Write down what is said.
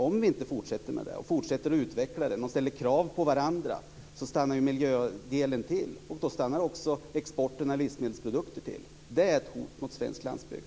Om vi inte fortsätter med detta, fortsätter utveckla det och ställer krav på varandra stannar ju miljödelen till, och då stannar också exporten av livsmedelsprodukter till. Det är ett hot mot svensk landsbygd.